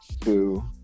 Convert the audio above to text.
two